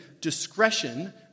discretion